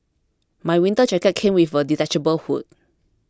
my winter jacket came with a detachable hood